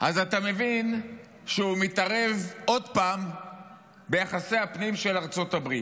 אז אתה מבין שהוא מתערב עוד פעם ביחסי הפנים של ארצות הברית.